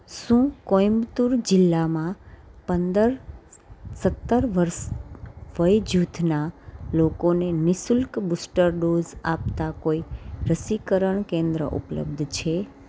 શું કોઈમ્બતુર જિલ્લામાં પંદર સત્તર વર્ષ વયજૂથના લોકોને નિ શુલ્ક બુસ્ટર ડોઝ આપતાં કોઈ રસીકરણ કેન્દ્ર ઉપલબ્ધ છે